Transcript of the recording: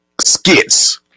skits